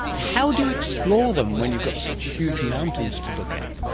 how do you explore them when you've got such huge mountains to look at?